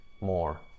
more